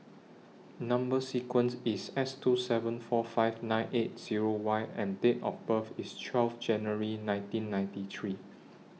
Number sequence IS S two seven four five nine eight Zero Y and Date of birth IS twelve January nineteen ninety three